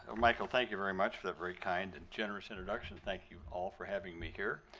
ah michael, thank you very much for that very kind and generous introduction. thank you all for having me here.